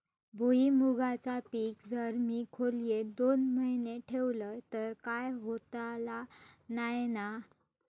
भुईमूगाचा पीक जर मी खोलेत दोन महिने ठेवलंय तर काय होतला नाय ना?